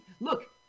Look